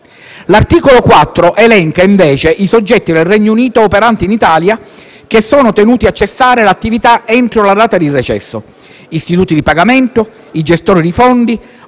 L'articolo 4 elenca invece i soggetti del Regno Unito operanti in Italia che sono tenuti a cessare l'attività entro la data di recesso: istituti di pagamento, gestori di fondi,